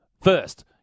first